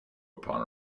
upon